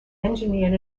engineered